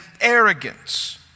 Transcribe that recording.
arrogance